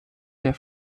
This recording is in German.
der